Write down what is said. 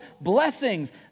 blessings